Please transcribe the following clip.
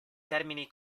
termini